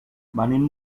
venim